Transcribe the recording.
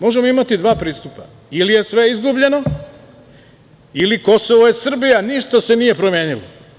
Možemo imati dva pristupa - ili je sve izgubljeno ili Kosovo je Srba, ništa se nije promenilo.